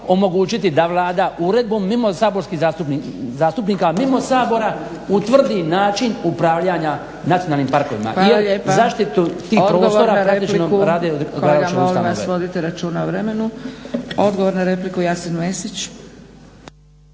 omogućiti da Vlada uredbom mimo saborskih zastupnika, mimo Sabora utvrdi način upravljanja nacionalnim parkovima jer zaštitu tih prostora praktično rade odgovarajuće ustanove. **Zgrebec, Dragica